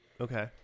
Okay